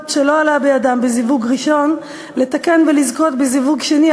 שלא עלה בידם בזיווג ראשון לתקן ולזכות בזיווג שני,